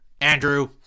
Andrew